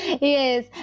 yes